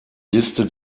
liste